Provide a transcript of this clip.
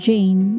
Jane